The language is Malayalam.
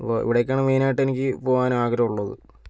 അപ്പോൾ ഇവിടെയൊക്കെണ് മെയിനായിട്ട് എനിക്ക് പോകാൻ ആഗ്രഹുള്ളത്